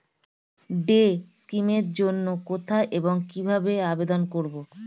Day scheme এর জন্য কোথায় এবং কিভাবে আবেদন করব?